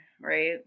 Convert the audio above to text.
right